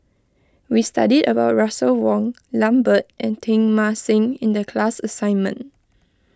we studied about Russel Wong Lambert and Teng Mah Seng in the class assignment